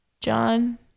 John